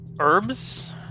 Herbs